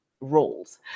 roles